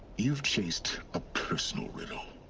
you've chased. a personal riddle.